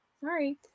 Sorry